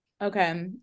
okay